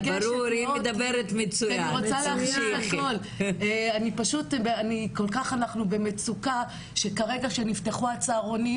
אנחנו כל כך במצוקה שכרגע שנפתחו הצהרונים